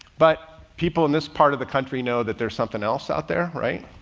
but people in this part of the country know that there's something else out there, right?